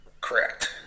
Correct